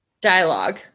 dialogue